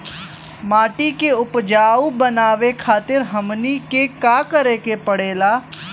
माटी के उपजाऊ बनावे खातिर हमनी के का करें के पढ़ेला?